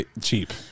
cheap